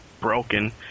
broken